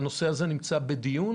הנושא הזה נמצא בדיון?